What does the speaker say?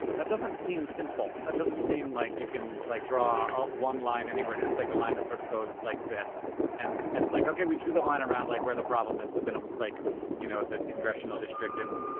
that doesn't seem simple. that doesn't seem like you can, like, draw ah one line anywhere. it seems like a line that sort of goes like this. and it's like, okay, we drew the line around, like, where the problem is, but then it looks like you know the congressional district in,